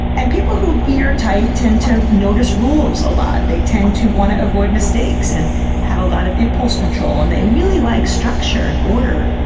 and people who veer tight tend to notice rules a lot, they tend to want to avoid mistakes and have a lot of impulse control, and they really like structure and order.